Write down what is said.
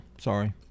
Sorry